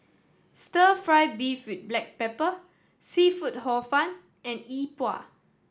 Stir Fry beef with black pepper seafood Hor Fun and E Bua